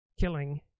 killing